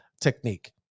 technique